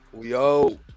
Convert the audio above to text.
Yo